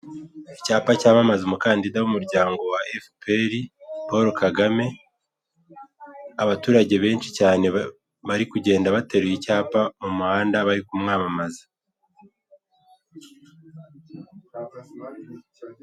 Icyapa cyamamaza umukandida w'umuryango wa Efuperi Paul Kagame. Abaturage benshi cyane bari kugenda bateruye icyapa mu muhanda, bari kumwamamaza.